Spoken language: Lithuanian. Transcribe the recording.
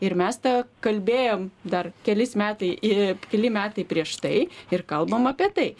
ir mes tą kalbėjom dar kelis metai keli metai prieš tai ir kalbam apie tai